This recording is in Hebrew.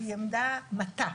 היא עמדה מטה.